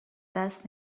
دست